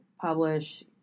publish